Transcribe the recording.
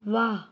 ਵਾਹ